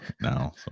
now